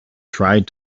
tried